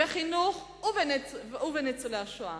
בחינוך ובניצולי השואה,